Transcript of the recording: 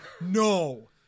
no